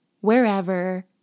wherever